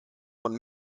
von